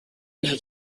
that